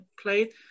played